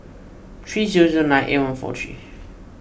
three zero zero nine eight one four three